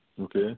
Okay